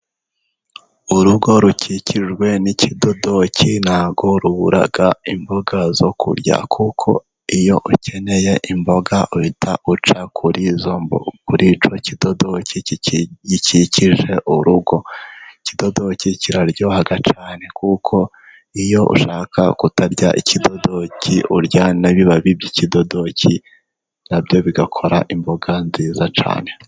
Urugo rukikijwe n'ikidodoki ,ntabwo rubura imboga zo kurya . Kuko iyo ukeneye imboga uhita uca kuri kuri icyo kidodoki gikikije urugo. Ikidodoki kiraryohahaga cyane . Kuko iyo ushaka kutarya ikidodoki ,urya n'ibibabi by'ikidodoki nabyo bigakora imboga nziza cyane.